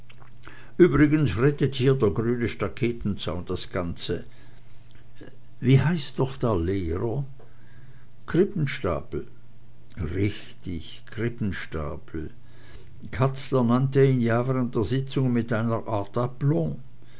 übrigens rettet hier der grüne staketenzaun das ganze wie heißt doch der lehrer krippenstapel richtig krippenstapel katzler nannte ihn ja während der sitzung mit einer art